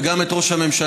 וגם את ראש הממשלה,